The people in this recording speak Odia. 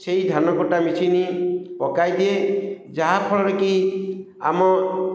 ସେଇ ଧାନ କଟା ମେସିନ୍ ପକାଇ ଦିଏ ଯାହାଫଳରେ କି ଆମ